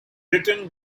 written